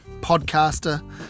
podcaster